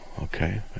okay